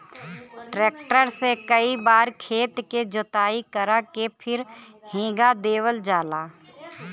tractor से कई बार खेत के जोताई करा के फिर हेंगा देवल जाला